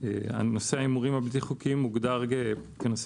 נושא ההימורים הבלתי חוקיים מוגדר כנושא